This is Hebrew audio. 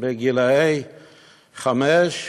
גילאי חמש,